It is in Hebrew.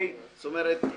זה ברור.